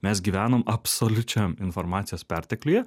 mes gyvenam absoliučiam informacijos pertekliuje